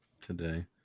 today